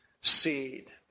seed